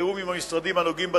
בתיאום עם המשרדים הנוגעים בדבר,